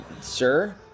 sir